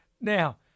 Now